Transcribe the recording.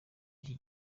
iki